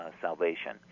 salvation